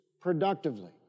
productively